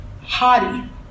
haughty